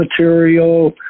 material